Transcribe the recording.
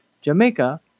Jamaica